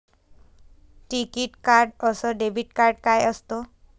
टिकीत कार्ड अस debit card काय असत?